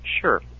Sure